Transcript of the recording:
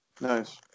Nice